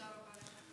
תודה רבה לך.